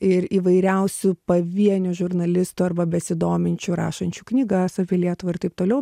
ir įvairiausių pavienių žurnalistų arba besidominčių rašančių knygas apie lietuvą ir taip toliau